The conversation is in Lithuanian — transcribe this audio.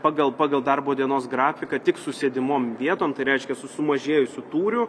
pagal pagal darbo dienos grafiką tik su sėdimom vietom tai reiškia su sumažėjusiu tūriu